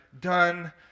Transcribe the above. done